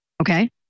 okay